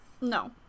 No